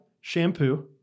shampoo